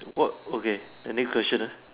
what okay any question lah